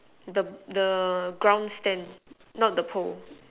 the the ground stand not the pole